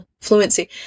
Fluency